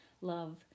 love